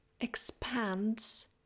expands